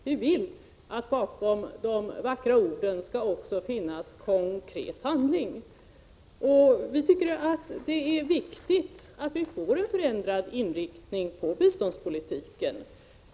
Vi vill att det bakom de vackra orden också skall finnas konkret handling. Vi tycker att det är viktigt att vi får en förändrad inriktning på biståndspolitiken.